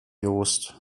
jost